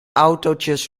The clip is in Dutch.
autootjes